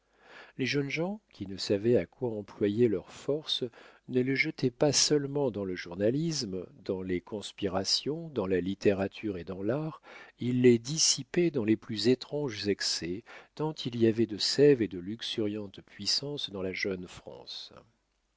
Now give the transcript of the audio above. les jeunes gens qui ne savaient à quoi employer leurs forces ne les jetaient pas seulement dans le journalisme dans les conspirations dans la littérature et dans l'art ils les dissipaient dans les plus étranges excès tant il y avait de séve et de luxuriantes puissances dans la jeune france